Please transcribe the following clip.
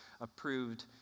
approved